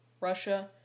Russia